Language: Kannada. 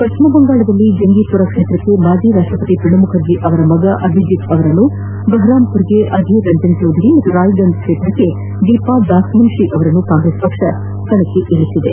ಪಕ್ಷಮ ಬಂಗಾಳದಲ್ಲಿ ಜಂಗೀಪುರ ಕ್ಷೇತ್ರಕ್ಷೆ ಮಾಜಿ ರಾಷ್ಷಪತಿ ಪ್ರಣಬ್ ಮುಖರ್ಜಿ ಅವರ ಪುತ್ರ ಅಭಿಜಿತ್ ಅವರನ್ನು ಬಹ್ರಾಮ್ಪುರ್ಗೆ ಅಧೀರ್ ರಂಜನ್ ಚೌಧರಿ ಹಾಗೂ ರಾಯ್ಗಂಚ್ ಕ್ಷೇತ್ರಕ್ಕೆ ದೀಪಾ ದಾಸ್ಮುನ್ಷಿ ಅವರನ್ನು ಕಾಂಗ್ರೆಸ್ ಕಣಕ್ಕಿಳಿಸಿದೆ